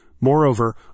Moreover